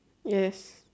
yes